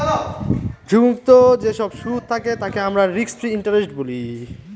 ঝুঁকি মুক্ত যেসব সুদ থাকে তাকে আমরা রিস্ক ফ্রি ইন্টারেস্ট বলি